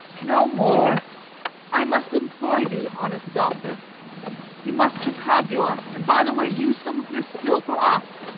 no more i must employ thee, honest doctor you must to padua, and by the way, use some of your skill for us.